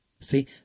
See